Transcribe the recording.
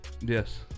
yes